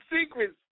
secrets